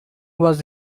was